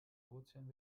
ozean